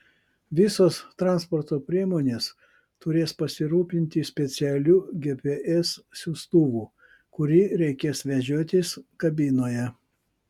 visos transporto priemonės turės pasirūpinti specialiu gps siųstuvu kurį reikės vežiotis kabinoje